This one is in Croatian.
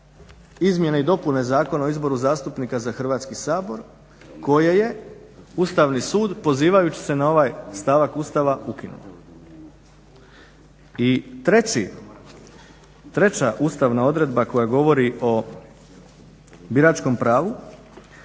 izmjene i dopune Zakona o izboru zastupnika za Hrvatski sabor koje je Ustavni sud pozivajući se na ovaj stavak Ustava ukinuo. I treća ustavna odredba koja govori o biračkom pravu